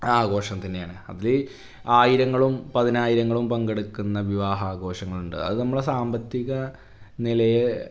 ആഘോഷം തന്നെയാണ് അതിലേയ് ആയിരങ്ങളും പതിനായിരങ്ങളും പങ്കെടുക്കുന്ന വിവാഹാഘോഷങ്ങളുണ്ട് അതു നമ്മളെ സാമ്പത്തിക നിലയെ